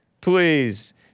Please